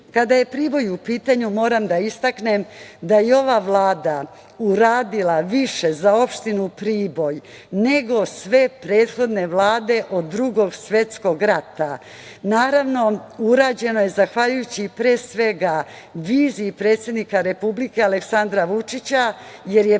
je Priboj u pitanju, moram da istaknem da je ova Vlada uradila više za Opštinu Priboj nego sve prethodne vlade od Drugog svetskog rata. Naravno, urađeno je zahvaljujući pre svega viziji predsednika Republike Aleksandra Vučića, jer je